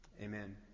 Amen